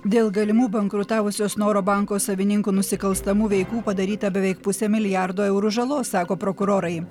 dėl galimų bankrutavusio snoro banko savininkų nusikalstamų veikų padaryta beveik pusė milijardo eurų žalos sako prokurorai